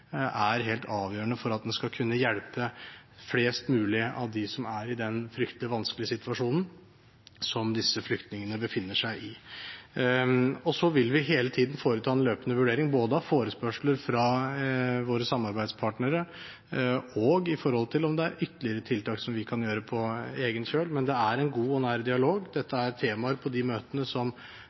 helt avgjørende for at man skal kunne hjelpe flest mulig av dem som er i den fryktelig vanskelige situasjonen som disse flyktningene befinner seg i. Vi vil hele tiden foreta en løpende vurdering av både forespørsler fra våre samarbeidspartnere og om det er ytterligere tiltak som vi kan gjøre på egen kjøl. Det er en god og nær dialog, dette er temaer på de møtene som